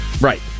Right